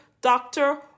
doctor